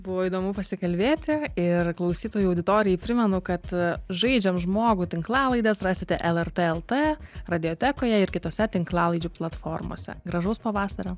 buvo įdomu pasikalbėti ir klausytojų auditorijai primenu kad žaidžiam žmogų tinklalaides rasite lrt lt radiotekoje ir kitose tinklalaidžių platformose gražaus pavasario